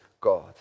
God